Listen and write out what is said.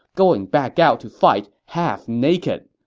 going back out to fight half-naked.